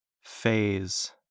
Phase